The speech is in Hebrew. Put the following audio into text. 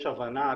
יש הבנה,